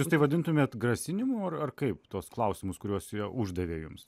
jūs tai vadintumėt grasinimu ar ar kaip tuos klausimus kuriuos jie uždavė jums